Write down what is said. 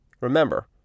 Remember